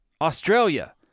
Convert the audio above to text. Australia